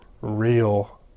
real